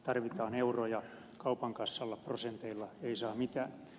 tarvitaan euroja kaupan kassalla prosenteilla ei saa mitään